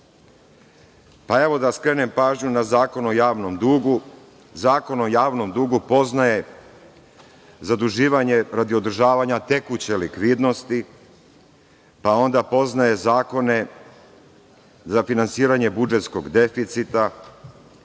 da skrenem pažnju na Zakon o javnom dugu. Zakon o javnom dugu poznaje zaduživanje radi održavanja tekuće likvidnosti, pa onda poznaje zakone za finansiranje budžetskog deficita,